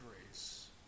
grace